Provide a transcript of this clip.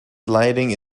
sliding